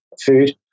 food